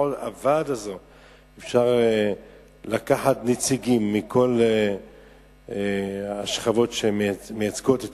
לפחות בוועד הזה אפשר לקחת נציגים מכל השכבות שמייצגות את